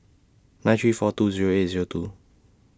nine three four two Zero eight Zero two